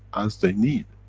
as they need?